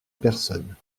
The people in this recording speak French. personne